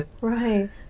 Right